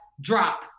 drop